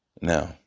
Now